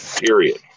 period